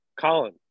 Colin